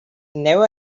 never